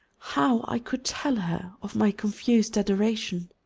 how i could tell her of my confused adoration.